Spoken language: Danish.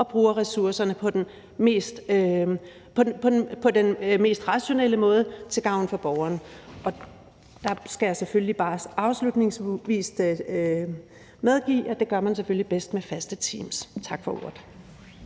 og bruger ressourcerne på den mest rationelle måde til gavn for borgerne. Afslutningsvis skal jeg selvfølgelig bare medgive, at det gør man selvfølgelig bedst med faste teams. Tak for ordet.